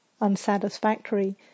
unsatisfactory